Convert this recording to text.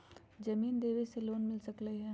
जमीन देवे से लोन मिल सकलइ ह?